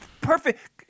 perfect